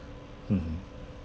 mm